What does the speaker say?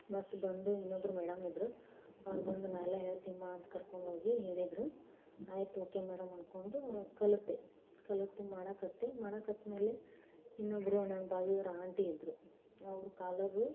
ಮತ್ತೆ ಬಂದು ಇನ್ನೊಬ್ಬರು ಮೇಡಮ್ ಇದ್ದರು ಅವ್ರು ಬಂದು ನಾನು ಎಲ್ಲ ಹೇಳ್ತೀನಿ ಬಾ ಅಂತ ಕರ್ಕೊಂಡೋಗಿ ಹೇಳಿದ್ರು ಆಯಿತು ಓಕೆ ಮೇಡಮ್ ಅಂದ್ಕೊಂಡು ಕಲಿತೆ ಕಲಿತು ಮಾಡಾಕತ್ತಿ ಮಾಡಾಕ್ಕತ್ತ ಮೇಲೆ ಇನ್ನೊಬ್ಬರು ನಮ್ಮ ಬಗೆಯೋರು ಆಂಟಿ ಇದ್ದರು ಅವ್ರು ಕಾಲರ್